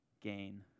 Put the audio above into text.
gain